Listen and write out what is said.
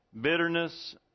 bitterness